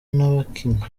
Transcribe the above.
n’abakinnyi